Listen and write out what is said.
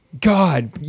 God